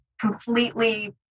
completely